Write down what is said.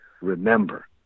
remember